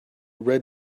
read